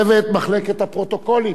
צוות מחלקת הפרוטוקולים,